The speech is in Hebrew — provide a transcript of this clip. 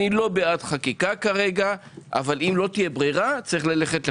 אני לא בעד חקיקה כרגע אבל אם לא תהיה ברירה יש ללכת לחקיקה.